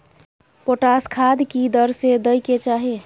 Potash खाद की दर से दै के चाही?